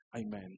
amen